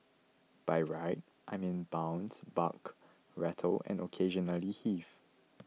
by ride I mean bounce buck rattle and occasionally heave